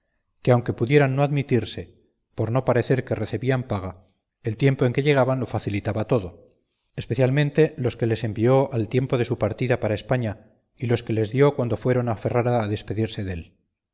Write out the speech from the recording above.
que aunque pudieran no admitirse por no parecer que recebían paga el tiempo en que llegaban lo facilitaba todo especialmente los que les envió al tiempo de su partida para españa y los que les dio cuando fueron a ferrara a despedirse dél